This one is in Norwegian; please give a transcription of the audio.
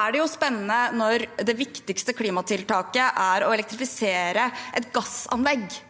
er det jo spennende når det viktigste klimatiltaket er å elektrifisere et gassanlegg.